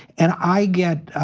and i get,